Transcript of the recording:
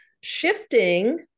shifting